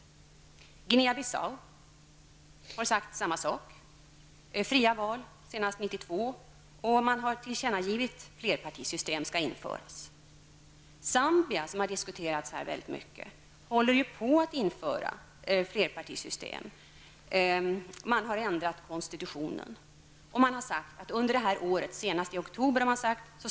I Guinea Bissau har man sagt samma sak, nämligen att fria val skall hålla senast 1992 och tillkännagivit att flerpartisystem skall införas. I Zambia, som har diskuterats mycket här, håller man på att införa flerpartisystem. Man har ändrat konstitutionen och man har sagt att allmänna val skall hållas senast i oktober i år.